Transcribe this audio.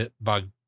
bug